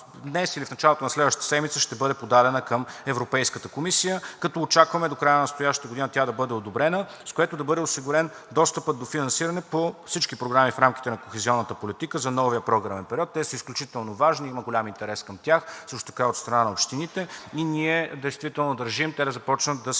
днес или в началото на следващата седмица ще бъде подадена към Европейската комисия, като очакваме до края на настоящата година тя да бъде одобрена, с което да бъде осигурен достъпът до финансиране по всички програми в рамките на Кохезионната политика за новия програмен период. Те са изключително важни, има голям интерес към тях и от страна на общините също така и ние действително държим те да започнат да се